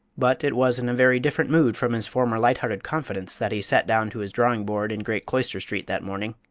but it was in a very different mood from his former light-hearted confidence that he sat down to his drawing-board in great cloister street that morning.